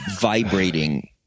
vibrating